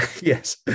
yes